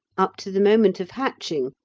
up to the moment of hatching,